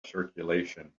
circulation